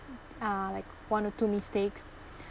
uh like one or two mistakes